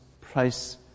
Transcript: price